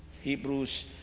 Hebrews